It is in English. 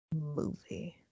movie